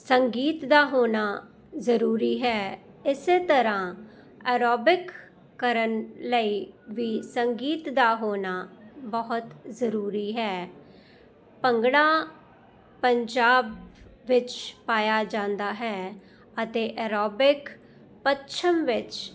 ਸੰਗੀਤ ਦਾ ਹੋਣਾ ਜ਼ਰੂਰੀ ਹੈ ਇਸੇ ਤਰ੍ਹਾਂ ਐਰੋਬਿਕ ਕਰਨ ਲਈ ਵੀ ਸੰਗੀਤ ਦਾ ਹੋਣਾ ਬਹੁਤ ਜ਼ਰੂਰੀ ਹੈ ਭੰਗੜਾ ਪੰਜਾਬ ਵਿੱਚ ਪਾਇਆ ਜਾਂਦਾ ਹੈ ਅਤੇ ਐਰੋਬਿਕ ਪੱਛਮ ਵਿੱਚ